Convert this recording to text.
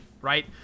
right